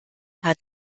hat